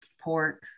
pork